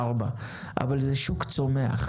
ארבע אבל זה שוק צומח,